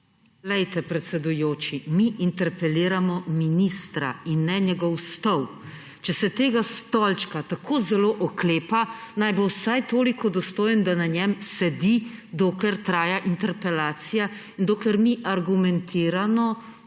Predsedujoči, mi interpeliramo ministra in ne njegov stol. Če se tega stolčka tako zelo oklepa, naj bo vsaj toliko dostojen, da na njem sedi, dokler traja interpelacija in dokler mi argumentirano